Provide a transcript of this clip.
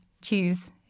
choose